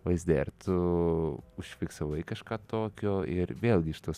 vaizdai ar tu užfiksavai kažką tokio ir vėlgi iš tos